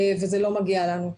וזה לא מגיע לנו.